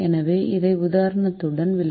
எனவே இதை உதாரணத்துடன் விளக்குகிறேன்